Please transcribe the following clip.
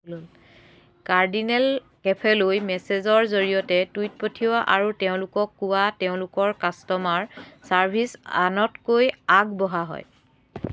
cardinal কেফেলৈ মেছেজৰ জৰিয়তে টুইট পঠিওৱা আৰু তেওঁলোকক কোৱা তেওঁলোকৰ কাষ্ট'মাৰ ছাৰ্ভিচ আনতকৈ আগবঢ়া হয়